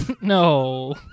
No